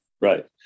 right